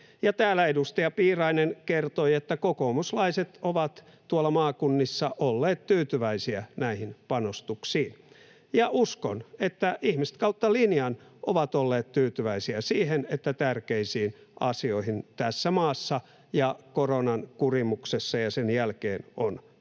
täällä edustaja Piirainen kertoi, että kokoomuslaiset ovat tuolla maakunnissa olleet tyytyväisiä näihin panostuksiin, ja uskon, että ihmiset kautta linjan ovat olleet tyytyväisiä siihen, että tärkeisiin asioihin tässä maassa ja koronan kurimuksessa ja sen jälkeen on